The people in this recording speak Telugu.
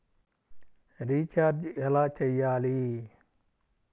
రిచార్జ ఎలా చెయ్యాలి?